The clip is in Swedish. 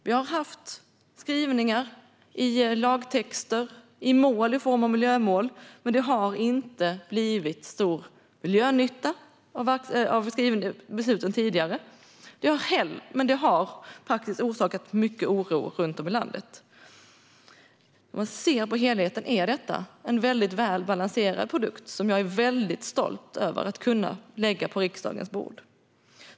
Vi har haft skrivningar i lagtexter och i miljömål, men det har inte blivit stor miljönytta av besluten tidigare. Det har dock orsakat mycket oro runt om i landet. Om man ser till helheten är detta en väldigt välbalanserad produkt, som jag är stolt över att kunna lägga på riksdagens bord.